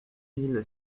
mille